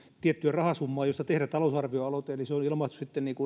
tiettyä rahasummaa josta tehdä talousarvioaloite eli sellaiset on ilmaistu